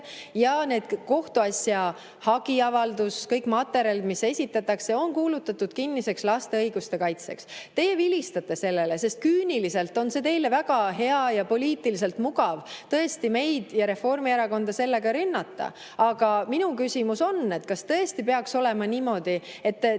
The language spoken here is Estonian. ja need kohtuasja hagiavaldus, kõik materjalid, mis esitatakse, on kuulutatud kinniseks laste õiguste kaitseks. Teie vilistate sellele, sest küüniliselt on see teile väga hea ja poliitiliselt mugav tõesti meid ja Reformierakonda sellega rünnata. Aga minu küsimus on, et kas tõesti peaks olema niimoodi, et teid